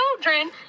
children